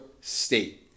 State